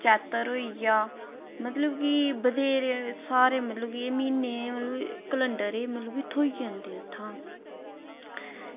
चैत्र होइया मतलब की बत्हेरे सारे मतलब कि एह् म्हीने केलैंडर मतलब की एह् थ्होई जंदे उत्थुआं